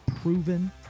proven